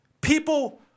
People